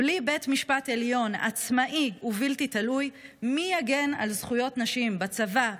בלי בית משפט עליון עצמאי ובלתי תלוי מי יגן על זכויות נשים בצבא,